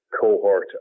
cohort